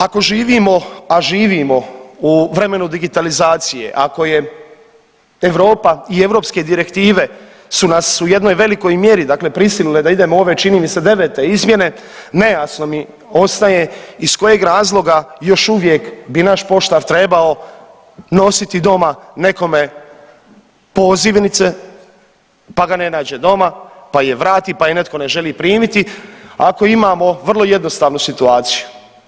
Ako živimo, a živimo u vremenu digitalizacije, ako je Europa i europske direktive su nas u jednoj velikoj mjeri dakle prisilile da idemo u ove čini mi se devete izmjene nejasno mi ostaje iz kojeg razloga još uvijek bi naš poštar trebao nositi doma nekome pozivnice, pa ga ne nađe doma, pa ih vrati, pa ih netko ne želi primiti, ako imamo vrlo jednostavnu situaciju.